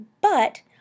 But